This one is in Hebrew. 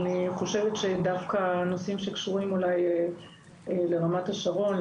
אבל אני חושבת שדווקא נושאים שקשורים אולי לרמת השרון,